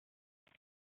nous